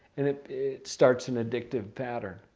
and it starts an addictive pattern.